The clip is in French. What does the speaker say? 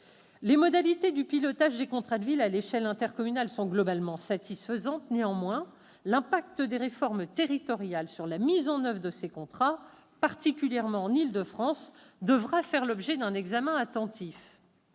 Les modalités du pilotage des contrats de ville à l'échelle intercommunale sont globalement satisfaisantes. Néanmoins, l'impact des réformes territoriales sur la mise en oeuvre de ces contrats, notamment en Île-de-France, devra faire l'objet d'un examen attentif.